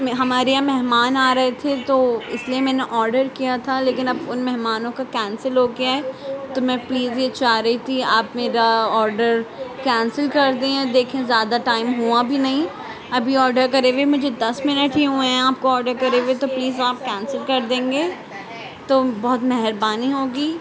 ہمارے یہاں مہمان آرہے تھے تو اِس لئے میں نے آرڈر کیا تھا لیکن اب اُن مہمانوں کا کینسل ہوگیا ہے تو میں پلیز یہ چاہ رہی تھی آپ میرا آرڈر کینسل کردیں دیکھیں زیادہ ٹائم ہوا بھی نہیں ابھی آرڈر کرے ہوئے مجھے دس منٹ ہی ہوئے ہیں آپ کو آرڈر کرے ہوئے تو پلیز آپ کینسل کردیں گے تو بہت مہربانی ہوگی